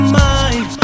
mind